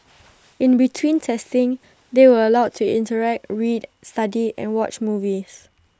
in between testing they were allowed to interact read study and watch movies